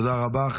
תודה רבה.